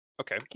Okay